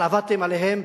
אבל עבדתם עליהם.